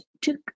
took